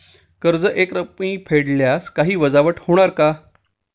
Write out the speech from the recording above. कर्ज एकरकमी फेडल्यास काही वजावट होणार का?